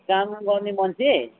काम गर्ने मान्छे